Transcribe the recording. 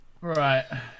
Right